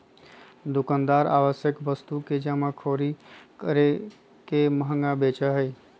दुकानदार आवश्यक वस्तु के जमाखोरी करके महंगा बेचा हई